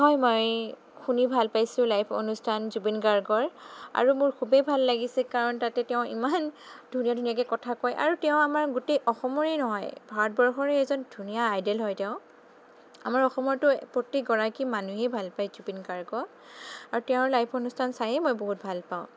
হয় মই শুনি ভাল পাইছোঁ লাইভ অনুষ্ঠান জুবিন গাৰ্গৰ আৰু মোৰ খুবেই ভাল লাগিছে কাৰণ তাতে তেওঁ ইমান ধুনীয়া ধুনীয়াকৈ কথা কয় আৰু তেওঁ আমাৰ গোটেই অসমৰেই নহয় ভাৰতবৰ্ষৰেই এজন ধুনীয়া আইডেল হয় তেওঁ আমাৰ অসমৰতো প্ৰত্যেক গৰাকী মানুহেই ভাল পায় জুবিন গাৰ্গক আৰু তেওঁৰ লাইভ অনুষ্ঠান চাইয়েই মই বহুত ভাল পাওঁ